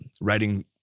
writing